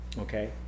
Okay